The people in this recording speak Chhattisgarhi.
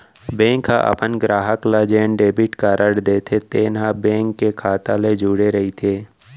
बेंक ह अपन गराहक ल जेन डेबिट कारड देथे तेन ह बेंक के खाता ले जुड़े रइथे